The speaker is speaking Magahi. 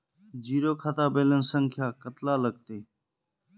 जीरो खाता बैलेंस संख्या कतला लगते?